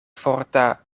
forta